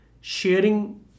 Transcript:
sharing